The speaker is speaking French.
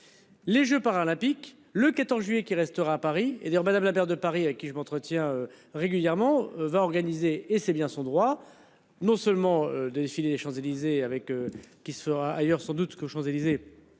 Les Jeux paralympiques le 14 juillet qui restera à Paris et d'ailleurs Madame, la maire de Paris avec qui je m'entretiens régulièrement va organiser et c'est bien son droit non seulement de défiler les Champs-Élysées avec qui sera ailleurs sans doute que Champs Élysées.